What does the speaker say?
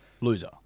loser